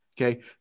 okay